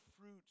fruit